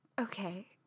okay